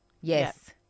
Yes